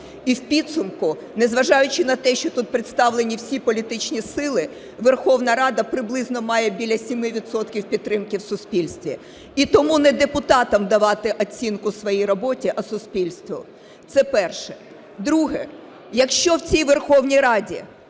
І в підсумку, незважаючи на те, що тут представлені всі політичні сили, Верховна Рада приблизно має біля 7 відсотків підтримки в суспільстві. І тому не депутатам давати оцінку своїй роботі, а суспільству. Це перше. Друге. Якщо в цій Верховній Раді